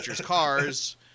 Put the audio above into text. cars